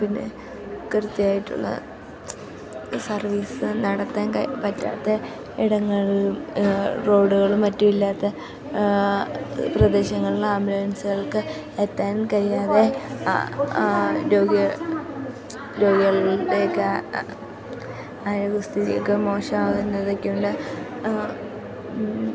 പിന്നെ കൃത്യമായിട്ടുള്ള സർവീസ് നടത്താൻ പറ്റാത്ത ഇടങ്ങളും റോഡുകളും മറ്റും ഇല്ലാത്ത പ്രദേശങ്ങളിൽ ആംബുലൻസുകാർക്ക് എത്താൻ കഴിയാതെ രോഗികളുടെ ഒക്കെ ആരോഗ്യ സ്ഥിതിയൊക്കെ മോശമാകുന്നതൊക്കെയുണ്ട് ഇന്ന്